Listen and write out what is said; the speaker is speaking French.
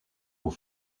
aux